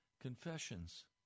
Confessions